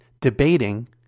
debating